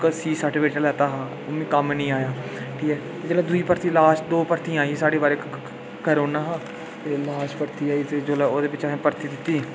ओह् सर्टिफिकेट जेह्ड़ा में लैता हा ओह् कम्म निं आया हा ठीक ऐ जेल्लै दूई भर्थी लास्ट दौ भर्थियां आइयां साढ़ी बारी करोना लास्ट भर्थी होई जेल्लै ओह्दे बिच असें भर्थी दिक्खी